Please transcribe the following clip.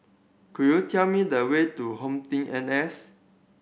could you tell me the way to HomeTeam N S